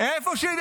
אלה שנכנסו לבסיס.